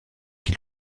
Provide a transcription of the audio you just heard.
qui